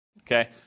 okay